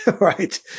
right